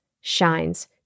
shines